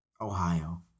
Ohio